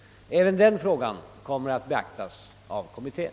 Även denna fråga kommer att beaktas av kommittén,